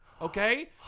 okay